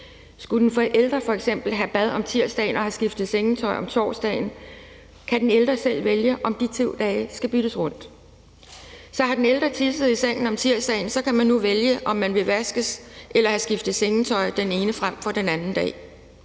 Skal den ældre f.eks. have bad om tirsdagen og have skiftet sengetøj om torsdagen, kan den ældre selv vælge, om de to dage skal byttes rundt. Så hvis den ældre har tisset i sengen om tirsdagen, kan man nu vælge, om man vil vaskes eller have skiftet sengetøj den ene dag frem for den anden dag.